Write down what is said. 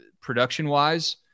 production-wise